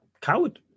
Coward